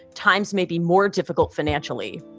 times may be more difficult financially.